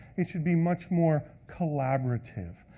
it should be much more collaborative.